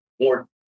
more